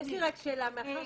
יש לי שאלה, מאחר